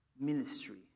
ministry